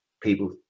people